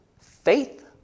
faith